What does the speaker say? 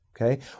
Okay